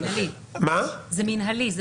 זה מינהלי.